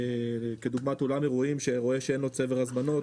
כדוגמת אולם אירועים שרואה שאין לו צבר הזמנות,